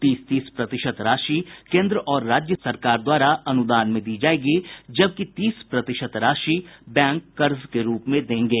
तीस तीस प्रतिशत राशि केन्द्र और राज्य सरकार द्वारा अनुदान दी जायेगी जबकि तीस प्रतिशत राशि बैंक कर्ज के रूप में देंगे